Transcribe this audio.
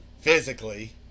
physically